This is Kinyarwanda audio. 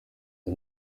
col